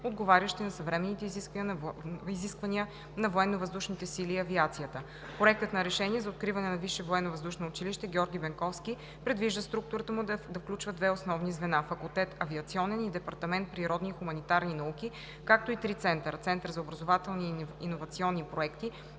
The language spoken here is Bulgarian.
отговарящи на съвременните изисквания на Военновъздушните сили и авиацията. Проектът на решение за откриване на Висше военновъздушно училище „Георги Бенковски“ предвижда структурата му да включва две основни звена – факултет „Авиационен“, и департамент „Природни и хуманитарни науки“, както и три центъра: Център за образователни и иновационни проекти,